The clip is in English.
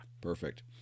Perfect